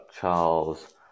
Charles